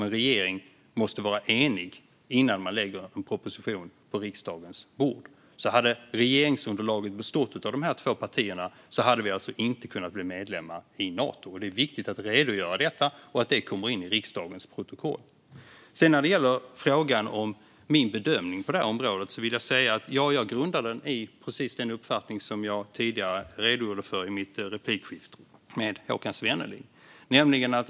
En regering måste ju vara enig innan man lägger en proposition på riksdagens bord. Hade regeringsunderlaget bestått av de här två partierna hade vi alltså inte kunnat bli medlemmar i Nato. Det är viktigt att redogöra för detta och att det kommer in i riksdagens protokoll. När det sedan gäller frågan om min bedömning grundar jag den på precis den uppfattning som jag tidigare redogjorde för i mitt replikskifte med Håkan Svenneling.